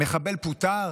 מחבל פוטר,